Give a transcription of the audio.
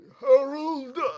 Harold